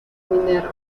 minerva